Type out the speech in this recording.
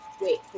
Wait